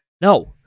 No